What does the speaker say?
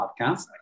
podcast